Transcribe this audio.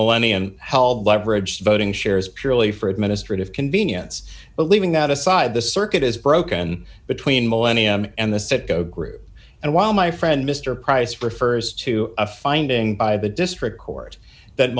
millennium held leverage voting shares purely for administrative convenience but leaving that aside the circuit is broken between millennium and the citgo group and while my friend mr price refers to a finding by the district court that